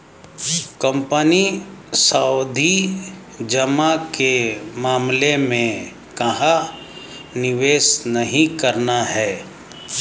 Company सावधि जमा के मामले में कहाँ निवेश नहीं करना है?